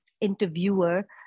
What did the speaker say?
interviewer